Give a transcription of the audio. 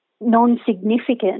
non-significant